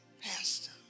Pastor